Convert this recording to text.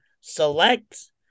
select